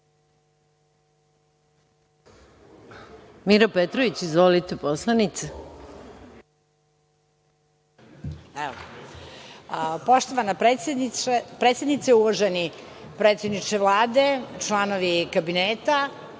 Mira Petrović. Izvolite, poslanice.